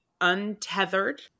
untethered